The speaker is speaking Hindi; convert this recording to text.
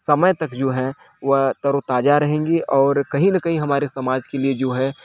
समय तक जो है वह तारो ताजा रहेंगे और कहीं ना कहीं हमारे समाज के लिए जो है